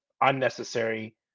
unnecessary